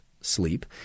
sleep